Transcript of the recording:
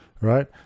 right